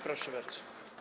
Proszę bardzo.